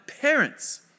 parents